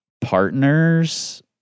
Partners